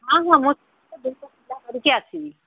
ହଁ ହଁ ଧରିକି ଆସିବି